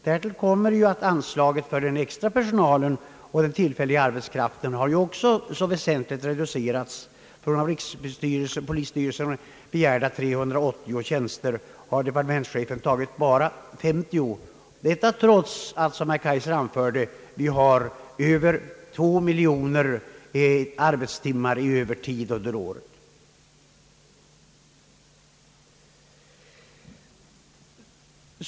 Därtill kommer att anslaget för den extra personalen och den tillfälliga arbetskraften också väsentligt reducerats. Från av rikspolisstyrelsen begärda 380 tjänster har departementschefen tagit med bara 50, detta trots att — som herr Kaijser anförde — vi har över 2 miljoner arbetstimmar i övertid om året.